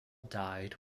died